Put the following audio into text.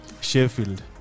Sheffield